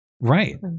Right